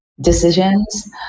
decisions